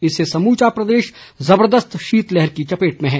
इससे समूचा प्रदेश जबरदस्त शीतलहर की चपेट में है